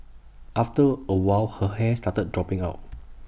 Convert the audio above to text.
after A while her hair started dropping out